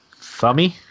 Thummy